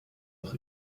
noch